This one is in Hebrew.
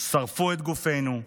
שרפו את גופנו,